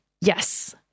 yes